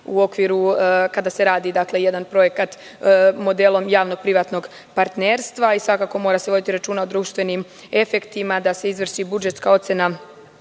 strane, kada se radi jedan projekat modelom javnog privatnog partnerstva. Svakako mora se voditi računa o društvenim efektima, da se izvrši budžetska ocena